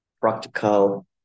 practical